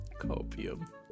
Copium